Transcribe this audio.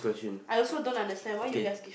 I also don't understand why you guys give